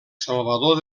salvador